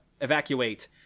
evacuate